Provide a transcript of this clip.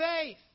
faith